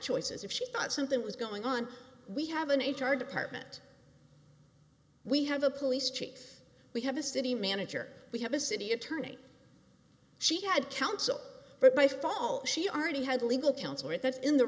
choices if she thought something was going on we have an h r department we have a police chief we have a city manager we have a city attorney she had counsel by fall she already had legal counsel with us in the